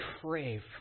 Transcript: crave